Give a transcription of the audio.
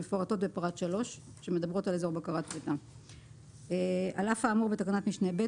שמפורט בפרט 3. על אף האמור בתקנת משנה (ב),